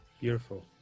beautiful